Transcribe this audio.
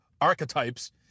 archetypes